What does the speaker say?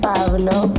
Pablo